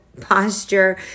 posture